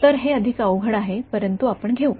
तर हे अधिक अवघड आहे परंतु आपण घेऊ शकतो